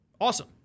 Awesome